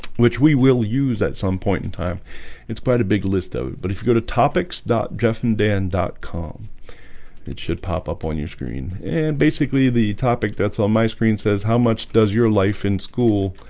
which we will use at some point in time it's quite a big list of it, but if you go to topics jeff and dan comm it should pop up on your screen and basically the topic that's on my screen says how much does your life in school?